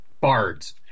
Bards